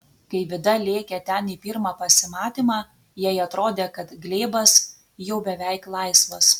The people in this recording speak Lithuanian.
kai vida lėkė ten į pirmą pasimatymą jai atrodė kad glėbas jau beveik laisvas